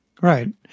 right